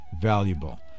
Valuable